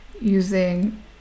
using